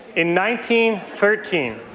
in one thirteen thirteen